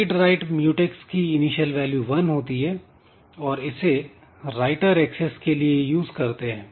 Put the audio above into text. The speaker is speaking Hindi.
"रीड राइट म्यूटैक्स" की इनिशियल वैल्यू वन होती है और इसे राइटर एक्सेस के लिए यूज करते हैं